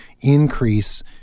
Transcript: increase